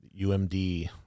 UMD